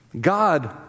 God